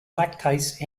lactase